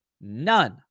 None